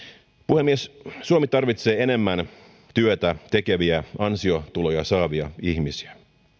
puhemies suomi tarvitsee enemmän työtä tekeviä ansiotuloja saavia ihmisiä